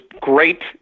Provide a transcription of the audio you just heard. great